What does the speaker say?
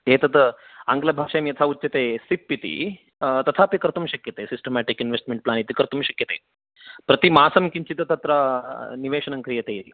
एतत् आङ्ग्लभाषायां यद् उच्यते सिप् इति तथापि कर्तुं शक्यते सिस्टमाटिक् इन्वेस्ट्मेण्ट् प्लान् इति कर्तुं शक्यते प्रतिमासं किञ्चित् तत्र निवेशनं क्रियते इति